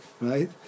right